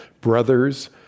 Brothers